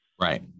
Right